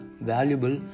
valuable